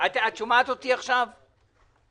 אני מציע שגם כאן תהיה לו את האפשרות לבחור.